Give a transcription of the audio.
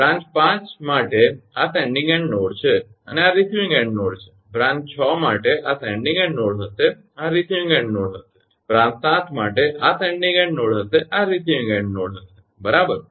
branch 5 branch 5 માટે આ sending end node છે અને આ રિસીવીંગ એન્ડ નોડ છે બ્રાંચ 6 માટે આ સેન્ડીંગ એન્ડ નોડ હશે આ રિસીવીંગ એન્ડ નોડ હશે બ્રાંચ 7 માટે આ સેન્ડીંગ એન્ડ નોડ હશે આ રિસીવીંગ એન્ડ નોડ હશે બરાબર